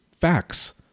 facts